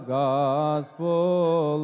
gospel